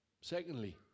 secondly